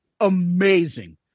amazing